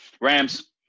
Rams